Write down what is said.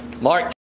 Mark